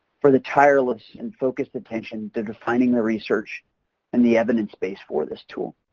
for the tireless and focused attention to defining the research and the evidence base for this tool.